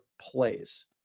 plays